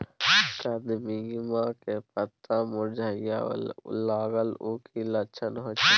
कदिम्मा के पत्ता मुरझाय लागल उ कि लक्षण होय छै?